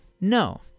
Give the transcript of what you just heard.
No